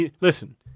Listen